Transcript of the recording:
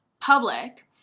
public